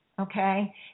okay